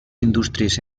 indústries